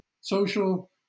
social